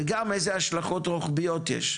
וגם איזה השלכות רוחביות יש.